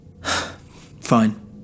Fine